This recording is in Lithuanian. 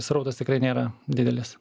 srautas tikrai nėra didelis